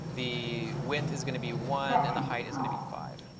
the width is going to be one and the height is going to be five.